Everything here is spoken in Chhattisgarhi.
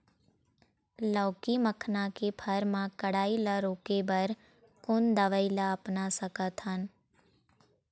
लाउकी मखना के फर मा कढ़ाई ला रोके बर कोन दवई ला अपना सकथन?